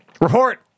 Report